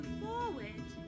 forward